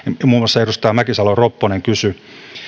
muun muassa edustaja mäkisalo ropponen kysyi